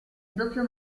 doppio